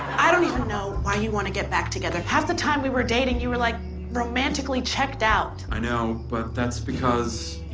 i don't even know why you want to get back together. half the time we were dating, you were like romantically checked out. i know. but that's because